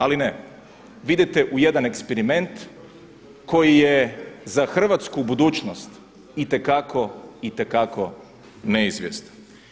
Ali ne, vi idete u jedan eksperiment koji je za hrvatsku budućnost itekako, itekako neizvjestan.